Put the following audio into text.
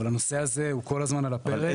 אבל הנושא הזה הוא כל הזמן על הפרק.